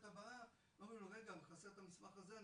הבאה אומרים לו רגע חסר את המסמך הזה,